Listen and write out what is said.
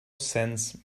sense